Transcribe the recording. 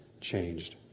changed